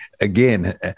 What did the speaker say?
Again